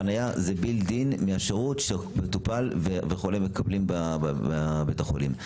החניה היא built in מהשירות שמטופל וחולה מקבלים בבית החולים.